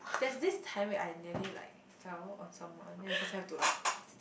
there's this time where I nearly like fell on someone then the person have to like